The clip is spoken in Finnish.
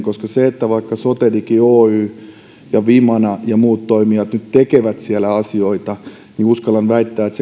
koska vaikka sotedigi oy ja vimana ja muut toimijat nyt tekevät siellä asioita niin uskallan väittää että